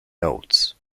notes